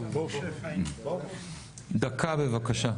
דקה בבקשה.